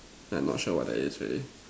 I'm not sure what that is really